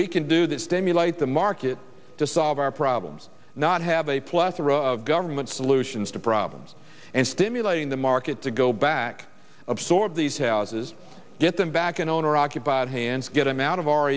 we can do that stimulate the market to solve our problems not have a plethora of government solutions to problems and stimulating the market to go back absorb these houses get them back in owner occupied hands get him out of o